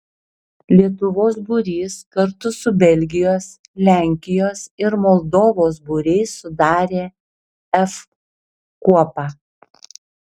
lietuvos būrys kartu su belgijos lenkijos ir moldovos būriais sudarė f kuopą